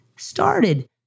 started